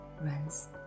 runs